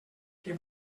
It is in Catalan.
què